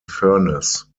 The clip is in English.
furness